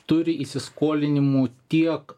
turi įsiskolinimų tiek